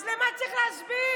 אז למה צריך להסביר?